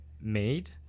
made